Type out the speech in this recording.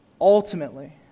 ultimately